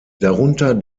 darunter